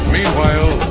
Meanwhile